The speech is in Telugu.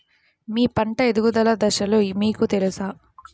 మీ పంట ఎదుగుదల దశలు మీకు తెలుసా?